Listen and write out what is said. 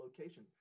location